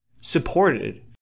supported